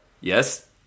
Yes